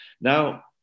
Now